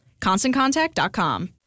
ConstantContact.com